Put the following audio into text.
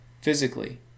physically